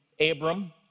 Abram